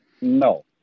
No